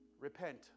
Repent